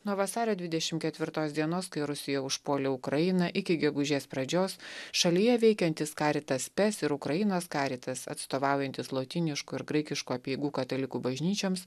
nuo vasario dvidešim ketvirtos dienos kai rusija užpuolė ukrainą iki gegužės pradžios šalyje veikiantys karitas spes ir ukrainos karitas atstovaujantys lotyniškų ir graikiškų apeigų katalikų bažnyčioms